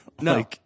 No